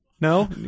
No